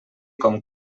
com